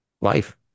life